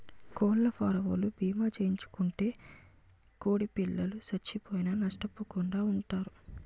కోళ్లఫారవోలు భీమా చేయించుకుంటే కోడిపిల్లలు సచ్చిపోయినా నష్టపోకుండా వుంటారు